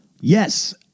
Yes